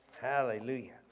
Hallelujah